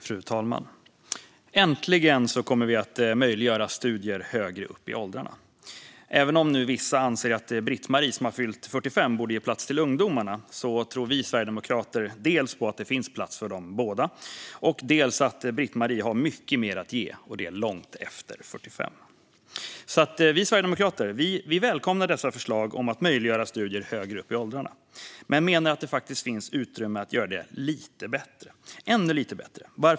Fru talman! Äntligen kommer vi att möjliggöra studier högre upp i åldrarna. Även om vissa anser att Britt-Marie, som fyllt 45, borde ge plats för ungdomarna tror vi i Sverigedemokraterna dels att det finns plats för dem båda, dels att Britt-Marie har mycket mer att ge, även långt efter 45. Vi sverigedemokrater välkomnar förslagen om att möjliggöra studier högre upp i åldrarna men menar att det finns utrymme att göra det ännu lite bättre.